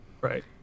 Right